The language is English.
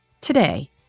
today